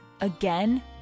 Again